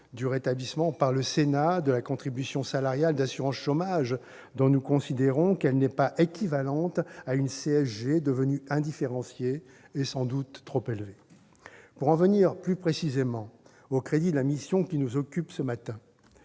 du rétablissement, par le Sénat, de la contribution salariale d'assurance chômage, dont nous considérons qu'elle n'est pas équivalente à une CSG devenue indifférenciée et sans doute trop élevée. Pour en venir plus précisément aux crédits de la mission qui nous occupe ce matin